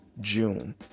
June